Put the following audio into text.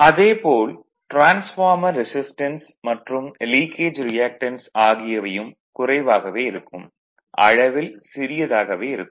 அதே போல் transformer resistance மற்றும் லீக்கேஜ் ரியாக்டன்ஸ் ஆகியவையும் குறைவாகவே இருக்கும் அளவில் சிறியதாகவே இருக்கும்